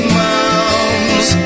mounds